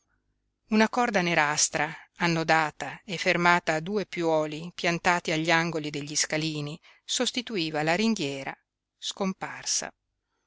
una corda nerastra annodata e fermata a dei piuoli piantati agli angoli degli scalini sostituiva la ringhiera scomparsa